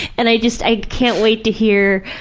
and i just. i can't wait to hear,